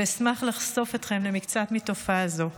ואשמח לחשוף אתכם למקצת מתופעה זו.